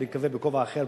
אני מקווה בכובע אחר.